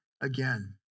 again